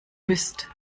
bist